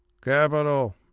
capital